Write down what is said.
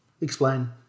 Explain